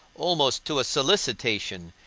almost to a solicitation,